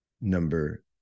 Number